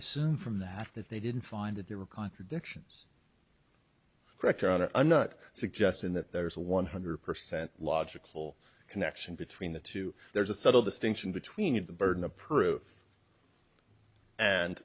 assume from that that they didn't find that there were contradictions correct out of a nut suggesting that there's a one hundred percent logical connection between the two there's a subtle distinction between of the burden of proof and